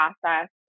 process